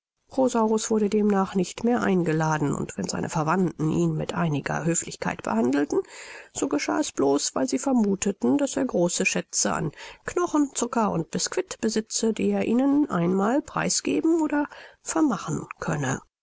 rosaurus wurde demnach nicht mehr eingeladen und wenn seine verwandten ihn mit einiger höflichkeit behandelten so geschah es blos weil sie vermutheten daß er große schätze an knochen zucker und bisquit besitze die er ihnen einmal preis geben oder vermachen könne